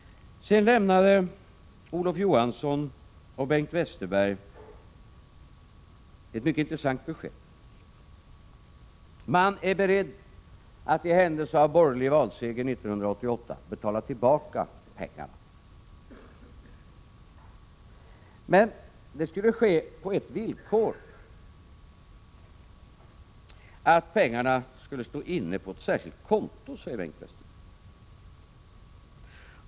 Olof Johansson och Bengt Westerberg lämnade ett mycket intressant besked: Man är beredd att i händelse av en borgerlig valseger 1988 betala tillbaka pengarna. Det skulle, enligt Bengt Westerberg, ske på ett villkor, nämligen att pengarna skulle stå inne på ett särskilt konto.